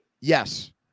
Yes